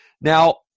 Now